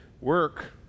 work